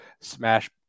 smash